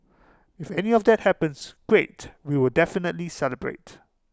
if any of that happens great we will definitely celebrate